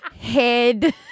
head